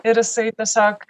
ir jisai tiesiog